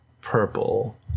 purple